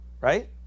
right